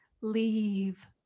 leave